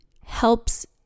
helps